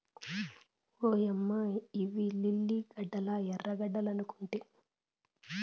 ఓయమ్మ ఇయ్యి లిల్లీ గడ్డలా ఎర్రగడ్డలనుకొంటి